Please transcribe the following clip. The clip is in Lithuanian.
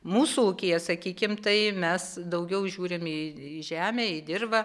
mūsų ūkyje sakykim tai mes daugiau žiūrim į į žemę į dirvą